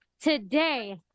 today